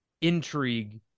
intrigue